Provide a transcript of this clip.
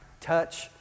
touch